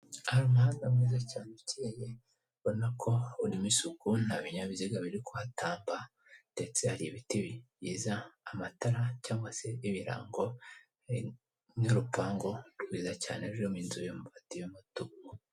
Hari umuhanda mwiza cyane ukeye, ubona ko urimo isuku, nta binyabiziga biri kuhatamba, ndetse hari ibiti byiza, amatara cyangwa se ibirango n'urupangu rwiza cyane rurimo inzu y'amabati y'umutuku.